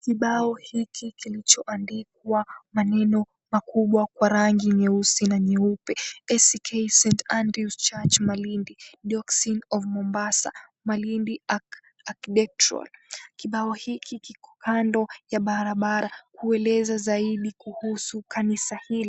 Kibao hiki kilichoandikwa maneno makubwa na kupakwa rangi nyeusi na nyeupe, ACK St Andrew's Church Malindi Diocese of Mombasa, Malindi Arch Deaconry. Kibao hiki kiko kando ya barabara kikieleza zaidi kuhusu kanisa hili.